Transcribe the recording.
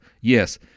Yes